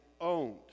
owned